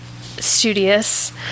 studious